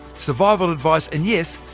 survival advice and yes,